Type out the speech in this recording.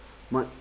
much